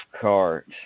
cart